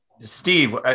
Steve